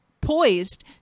poised